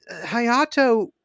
hayato